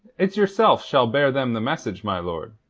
it's yourself shall bear them the message, my lord.